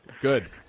good